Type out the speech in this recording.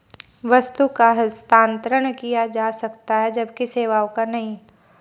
वस्तु का हस्तांतरण किया जा सकता है जबकि सेवाओं का नहीं